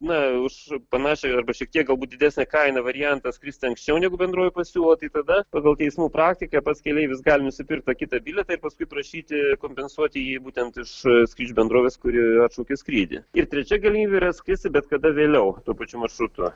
na už panašią arba šiek tiek galbūt didesnę kainą variantas skristi anksčiau negu bendrovė pasiūlo tai tada pagal teismų praktiką pats keleivis gali nusipirkt tą kitą bilietą ir paskui prašyti kompensuoti jį būtent iš skrydžių bendrovės kurioje atšaukė skrydį ir trečia galimybė yra skristi bet kada vėliau tuo pačiu maršrutu